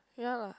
ya lah